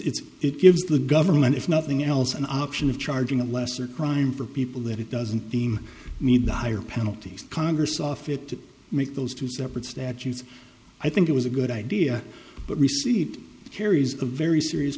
it's it gives the government if nothing else an option of charging a lesser crime for people that it doesn't deem meet the higher penalties congress saw fit to make those two separate statutes i think it was a good idea but receive carries a very serious